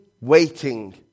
waiting